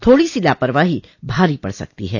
थोड़ी सी लापरवाही भारी पड़ सकती है